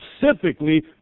specifically